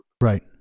right